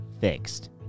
fixed